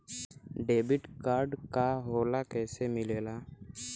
Debit card का होला कैसे मिलेला?